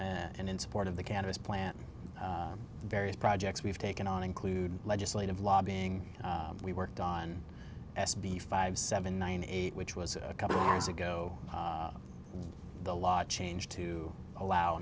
and in support of the cannabis plant various projects we've taken on include legislative lobbying we worked on s b five seven nine eight which was a couple of hours ago the law changed to allow